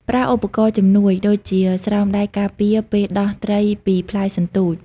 ប្រើឧបករណ៍ជំនួយ ដូចជាស្រោមដៃការពារពេលដោះត្រីពីផ្លែសន្ទូច។